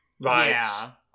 Right